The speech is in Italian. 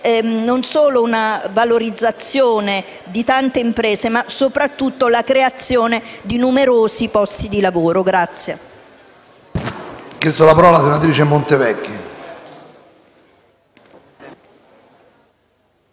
non solo una valorizzazione di tante imprese, ma soprattutto la creazione di numerosi posti di lavoro.